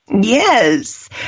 Yes